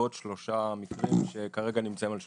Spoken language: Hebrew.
ועוד שלושה מקרים שנמצאים כרגע על שולחני.